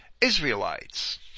Israelites